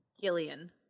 Gillian